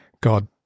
God